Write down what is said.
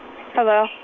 Hello